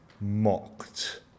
mocked